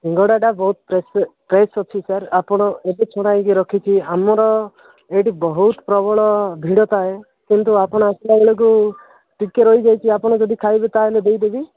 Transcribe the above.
ସିଙ୍ଗଡ଼ାଟା ବହୁତ ଫ୍ରେସ୍ ଅଛି ସାର୍ ଆପଣ ଏବେ ଛଣା ହୋଇକି ରଖିଛି ଆମର ଏଇଠି ବହୁତ ପ୍ରବଳ ଭିଡ଼ ଥାଏ କିନ୍ତୁ ଆପଣ ଆସିଲା ବେଳକୁ ଟିକେ ରହି ଯାଇଛି ଆପଣ ଯଦି ଖାଇବେ ତାହେଲେ ଦେଇ ଦେବି